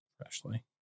freshly